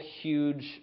huge